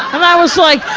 i was like,